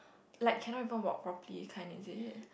like cannot even walk properly kind is it